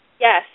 Yes